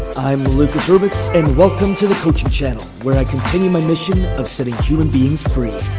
i'm lucas rubix and welcome to the coaching channel where i continue my mission of city human beings free.